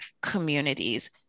communities